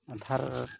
Aadhaar